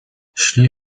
szli